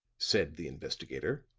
said the investigator,